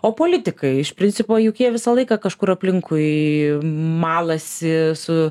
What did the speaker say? o politikai iš principo juk jie visą laiką kažkur aplinkui malasi su